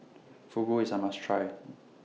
Fugu IS A must Try